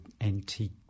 antique